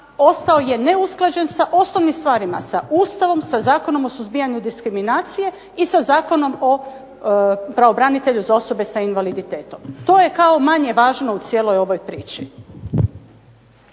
ostao je neusklađen sa osnovnim stvarima, sa Ustavom, sa Zakonom o suzbijanju diskriminacije i sa Zakonom o pravobranitelju za osobe sa invaliditetom. To je kao manje važno u cijeloj ovoj priči.